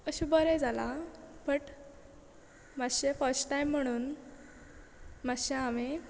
अशे बरें जाला बट मातशे फस्ट टायम म्हणून मात्शें हांवें